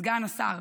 סגן השר,